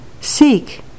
seek